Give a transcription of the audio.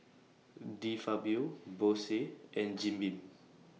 De Fabio Bose and Jim Beam